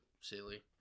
silly